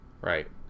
Right